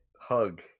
hug